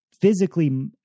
physically